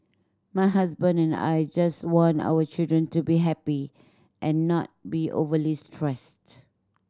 my husband and I just want our children to be happy and not be overly stressed